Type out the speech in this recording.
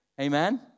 Amen